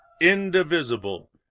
indivisible